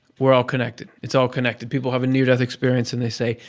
we're all connected. it's all connected. people have a near-death experience and they say,